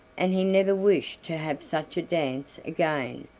and he never wished to have such a dance again.